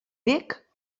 bec